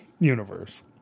universe